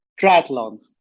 triathlons